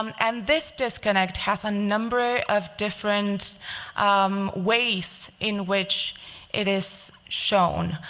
and this disconnect has a number of different ways in which it is shown.